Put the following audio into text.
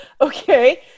okay